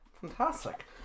Fantastic